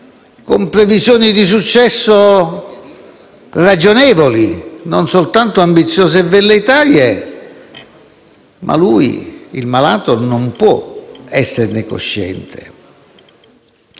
con previsioni di successo ragionevoli, non soltanto ambiziose e velleitarie, ma il malato non può esserne cosciente.